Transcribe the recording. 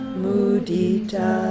mudita